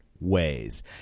ways